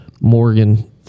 Morgan